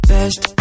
Best